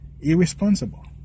irresponsible